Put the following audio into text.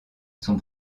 son